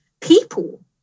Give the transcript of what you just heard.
people